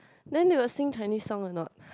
then they will sing Chinese song or not